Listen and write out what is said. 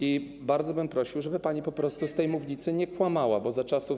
i bardzo bym prosił, żeby pani po prostu z tej mównicy nie kłamała, bo za czasów.